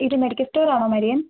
ഇത് medical store ആണോ Marian